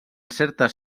certes